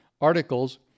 articles